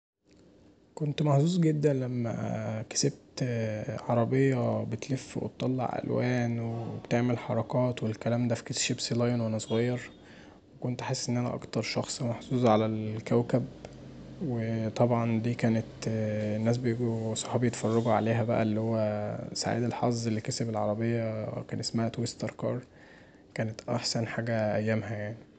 كنت محظوظ جدا لما كسبت عربيه بتلف وتطلع ألوان وبتعمل حركات في كيس شيبسي لايون وانا صغير وكنت حاسس ان اكتر شخص محظوظ علي الكوكب وطبعا دي كانت الناس صحابي بيجوا يتفرجوا عليها بقي اللي هو سعيد الحظ اللي كسب العربيه كان اسمها تويستر كار كانت احسن حاجه ايامها يعني.